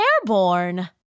airborne